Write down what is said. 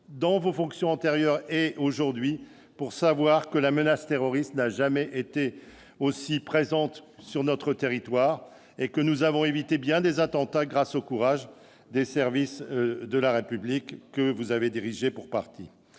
par vos fonctions antérieures et présentes -pour savoir que la menace terroriste n'a jamais été aussi présente sur notre territoire. Nous avons évité bien des attentats, grâce au courage des services de la République que vous avez, pour partie,